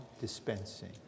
dispensing